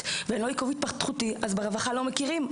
והוא לא עיכוב התפתחותי וברווחה לא מכירים.